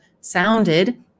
sounded